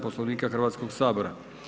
Poslovnika Hrvatskog sabora.